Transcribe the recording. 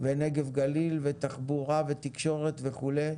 ונגב גליל ותחבורה ותקשורת וכו'